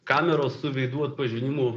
kameros su veidų atpažinimu